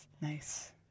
Nice